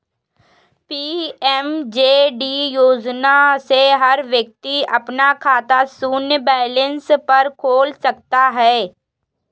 PMJD योजना से हर व्यक्ति अपना खाता शून्य बैलेंस पर खोल सकता है